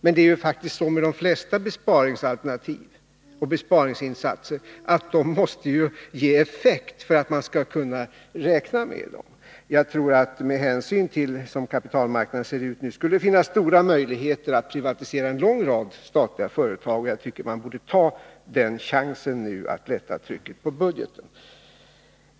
Men det är faktiskt så med de flesta besparingsalternativ och besparingsinsatser att de måste ge effekt för att de skall vara att räkna med. Med hänsyn till hur kapitalmarknaden ser ut nu tror jag det skulle finnas stora möjligheter att privatisera en lång rad statliga företag. Jag tycker att man nu bör ta den chansen att lätta trycket på budgeten.